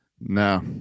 No